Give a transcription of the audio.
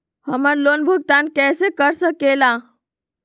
हम्मर लोन भुगतान कैसे कर सके ला?